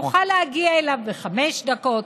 יוכל להגיע אליו בחמש דקות,